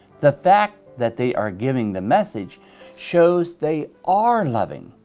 the fact that they are giving the message shows they are loving,